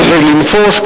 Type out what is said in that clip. כדי לנפוש,